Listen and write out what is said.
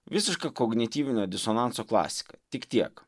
visiška kognityvinio disonanso klasika tik tiek